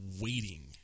waiting